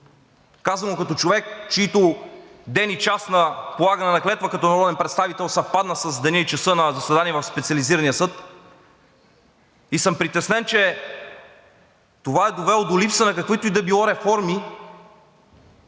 казвам го като човек, чийто ден и час на полагане на клетва като народен представител съвпадна с деня и часа на заседание на Специализирания съд, и съм притеснен, че това е довело до липса на каквито и да били реформи